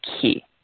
key